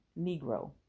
Negro